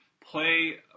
play